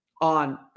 on